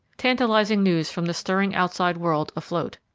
tantalizing news from the stirring outside world afloat.